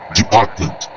department